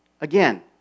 Again